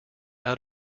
out